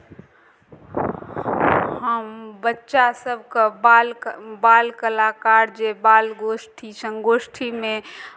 हम बच्चा सभकेँ बाल क् बाल कलाकार जे बाल गोष्ठी सङ्गोष्ठीमे